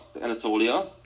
Anatolia